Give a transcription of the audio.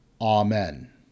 Amen